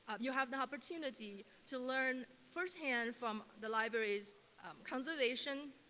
you have the opportunity to learn firsthand from the library's conservation,